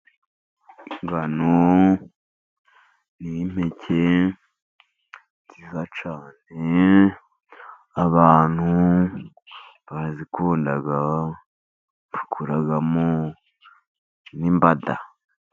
Ingano ni impeke nziza cyane. Abantu barazikunda bakuramo n'imbada.